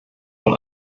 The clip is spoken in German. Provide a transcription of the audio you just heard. von